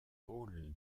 rôle